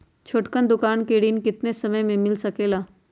छोटकन दुकानदार के ऋण कितने समय मे मिल सकेला?